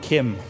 Kim